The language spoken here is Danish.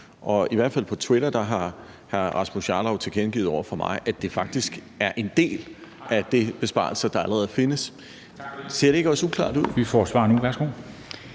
I hvert fald på Twitter har hr. Rasmus Jarlov tilkendegivet over for mig, at det faktisk er en del af de besparelser, der allerede findes. Ser det ikke også uklart ud? Kl. 13:03